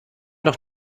doch